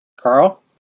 Carl